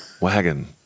wagon